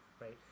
right